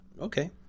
okay